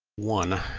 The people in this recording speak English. one.